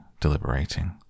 deliberating